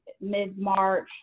mid-March